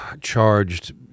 charged